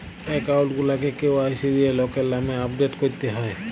account গুলাকে KYC দিঁয়ে লকের লামে আপডেট ক্যরতে হ্যয়